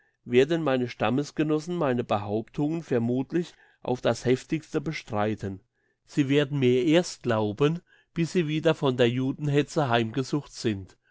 werden meine stammesgenossen meine behauptungen vermuthlich auf das heftigste bestreiten sie werden mir erst glauben bis sie wieder von der judenhetze heimgesucht sind